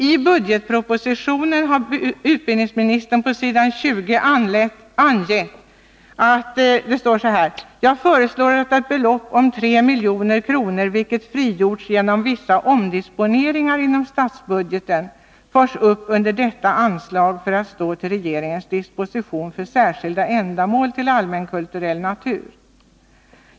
I budgetpropositionen har utbildningsministern skrivit följande på s. 20: ”Jag föreslår att ett belopp om 3 milj.kr., vilket frigjorts genom vissa omdisponeringar inom statsbudgeten, förs upp under detta anslag för att stå till regeringens disposition för särskilda ändamål av allmänkulturell natur.